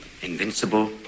Invincible